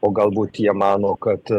o galbūt jie mano kad